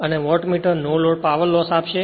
અને વોટમીટર નો load power loss આપશે